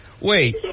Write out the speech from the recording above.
Wait